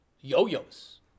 yo-yos